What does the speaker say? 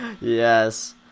Yes